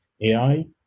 AI